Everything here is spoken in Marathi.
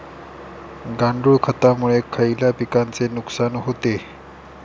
गांडूळ खतामुळे खयल्या पिकांचे नुकसान होते?